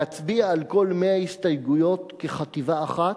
להצביע על כל 100 הסתייגויות כחטיבה אחת.